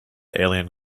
alien